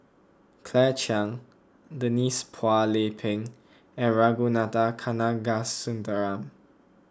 Claire Chiang Denise Phua Lay Peng and Ragunathar Kanagasuntheram